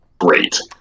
great